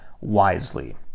wisely